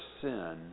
sin